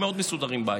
הם מאוד מסודרים בהייטק,